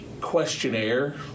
questionnaire